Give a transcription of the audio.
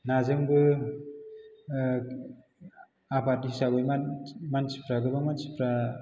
नाजोंबो आबाद हिसाबै मान मानसिफ्रा गोबां मानसिफ्रा